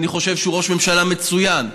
אני חושב שהוא ראש ממשלה מצוין.